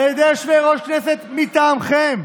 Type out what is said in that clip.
על ידי יושבי-ראש כנסת מטעמכם.